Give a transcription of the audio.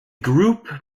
group